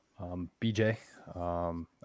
BJ